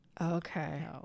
Okay